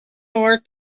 more